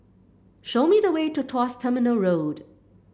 show me the way to Tuas Terminal Road